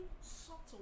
subtle